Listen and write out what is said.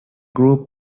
group